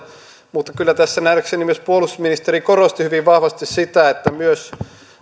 mutta kyllä tässä nähdäkseni myös puolustusministeri korosti hyvin vahvasti sitä että